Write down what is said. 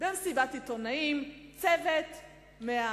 במסיבת עיתונאים, צוות 100 ימים.